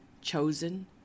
chosen